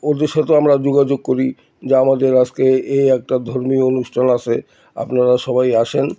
ওদের সাথেও আমরা যোগাযোগ করি যে আমাদের আজকে এই একটা ধর্মীয় অনুষ্ঠান আসে আপনারা সবাই আসেন